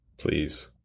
please